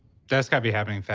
that's gotta be happening.